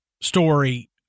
story